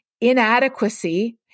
inadequacy